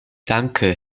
danke